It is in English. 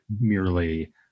merely